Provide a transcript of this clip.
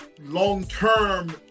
long-term